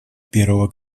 первого